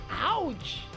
ouch